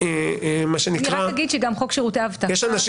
יש אנשים